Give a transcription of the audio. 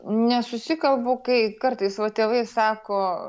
nesusikalbu kai kartais va tėvai sako